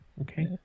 okay